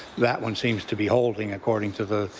that one seems to be holding according to the